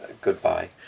Goodbye